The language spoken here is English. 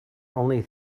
only